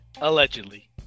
allegedly